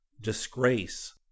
disgrace